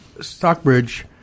Stockbridge